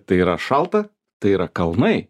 tai yra šalta tai yra kalnai